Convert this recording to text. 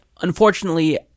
unfortunately